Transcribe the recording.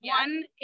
One